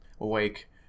awake